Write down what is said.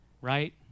right